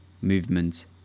movement